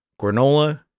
granola